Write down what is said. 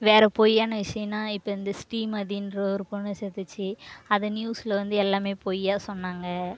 வேற பொய்யான விஷயன்னா இப்போ இந்த ஸ்ரீமதின்ற ஒரு பொண்ணு செத்துச்சு அதை நியூஸில் வந்து எல்லாம் பொய்யாக சொன்னாங்க